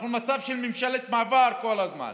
אנחנו במצב של ממשלת מעבר כל הזמן,